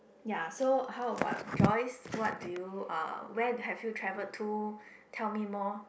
ya so how about Joyce what do you uh where have you traveled to tell me more